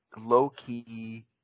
low-key